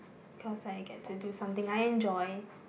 cause I get to do something I enjoy